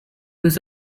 was